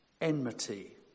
enmity